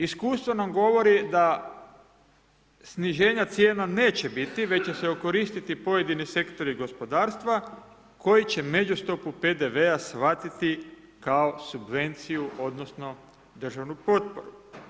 Iskustvo nam govori da sniženja cijena neće biti, već će se okoristiti pojedini sektori gospodarstva koji će među stopu PDV-a shvatiti kao subvenciju odnosno državnu potporu.